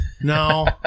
No